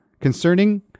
concerning